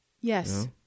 yes